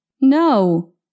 No